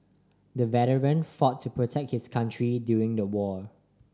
the veteran fought to protect his country during the war